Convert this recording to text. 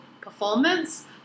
performance